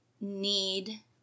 need